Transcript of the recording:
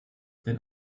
den